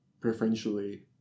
preferentially